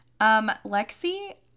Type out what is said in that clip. Lexi